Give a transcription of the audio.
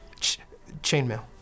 Chainmail